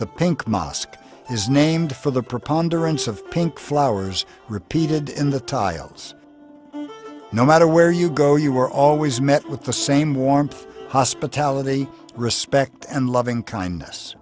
the pink mosque is named for the preponderance of pink flowers repeated in the tiles no matter where you go you are always met with the same warmth hospitality respect and loving kindness